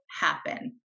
happen